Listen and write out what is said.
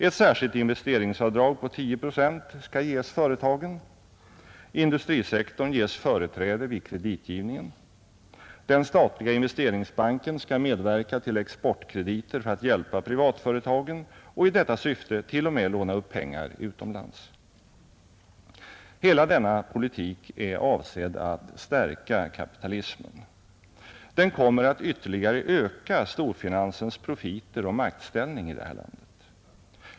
Ett särskilt investeringsavdrag på 10 procent skall ges företagen. Industrisektorn ges företräde vid kreditgivningen. Den statliga investeringsbanken skall medverka till exportkrediter för att hjälpa privatföretagen och i detta syfte t.o.m. låna upp pengar utomlands. Hela denna politik är avsedd att stärka kapitalismen. Den kommer att ytterligare öka storfinansens profiter och maktställning i detta land.